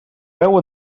veu